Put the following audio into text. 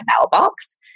mailbox